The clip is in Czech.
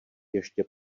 ještě